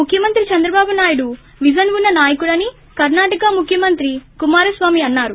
ముఖ్యమంత్రి చంద్రబాబునాయుడు విజన్ ఉన్న నాయకుడని కర్నాటక ముఖ్యమంత్రి కుమారస్వామి అన్నారు